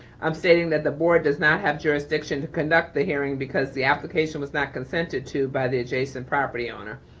i'm stating that the board does not have jurisdiction to conduct the hearing because the application was not consented to by the adjacent property owner.